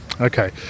Okay